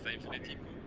infinity pool.